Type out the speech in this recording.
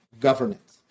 governance